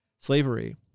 slavery